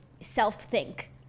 self-think